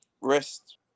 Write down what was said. rest